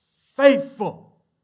faithful